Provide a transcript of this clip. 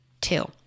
Two